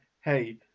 hey